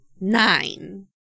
Nine